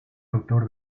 autor